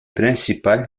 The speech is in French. principal